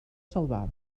salvar